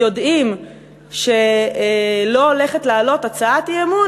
יודעים שלא הולכת לעלות הצעת אי-אמון,